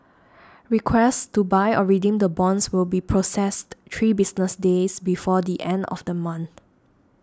requests to buy or redeem the bonds will be processed three business days before the end of the month